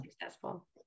successful